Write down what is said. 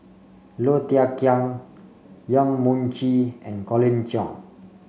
Low Thia Khiang Yong Mun Chee and Colin Cheong